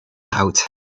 out